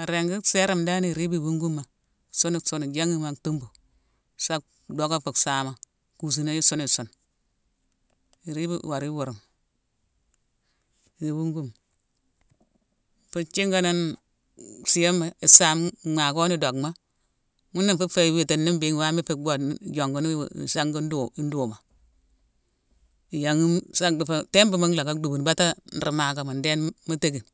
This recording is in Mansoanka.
Aringi sérame dan iribi iwunguma sun-sun janghime aktuma sa docka fu saama kusuna yi i sun-sun, iribe iwar iwurma, iwunguma. Fu thinganoone siyoma isame maakoni dockma. Ghuna fu fé iwitini mbéghine wama ifu bhodni yonkuni wu sangi nduma-nduma. Iyanghime, sa dicfo timpuma nlacka dhubune batta ruu maakamoni, ndééne mu teckine